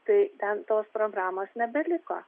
tai ten tos programos nebeliko